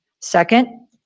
Second